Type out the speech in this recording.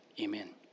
Amen